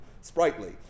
sprightly